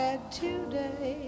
today